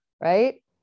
right